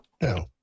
No